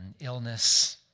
illness